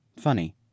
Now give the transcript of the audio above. Funny